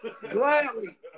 Gladly